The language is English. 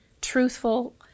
truthful